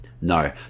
No